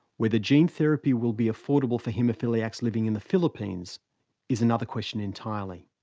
whether gene therapy will be affordable for haemophiliacs living in the philippines is another question entirely.